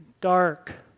dark